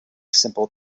simple